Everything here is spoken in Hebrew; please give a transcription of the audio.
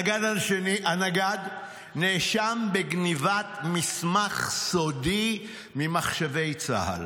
הנגד נאשם בגנבת מסמך סודי ממחשבי צה"ל.